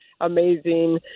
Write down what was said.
amazing